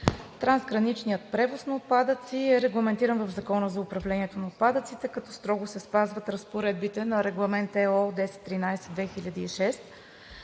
Трансграничният превоз на отпадъци е регламентиран в Закона за управлението на отпадъците, като строго се спазват разпоредбите на Регламент ЕО № 1013/2006.